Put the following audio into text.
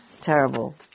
terrible